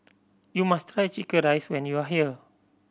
you must try chicken rice when you are here